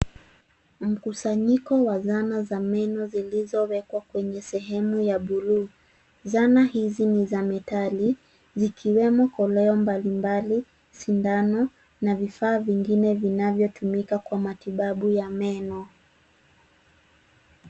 Mkusanyiko wa zana za meno zilizowekwa kwenye sehemu ya buluu. Zana hizi ni za metali, zikiwemo koleo mbali mbali, sindano, na vifaa vingine vinavyotumika kwa matibabu ya meno.